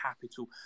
capital